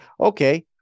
okay